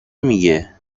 میگه